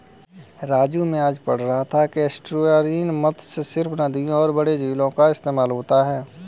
राजू मैं आज पढ़ रहा था कि में एस्टुअरीन मत्स्य सिर्फ नदियों और बड़े झीलों का इस्तेमाल होता है